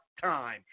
time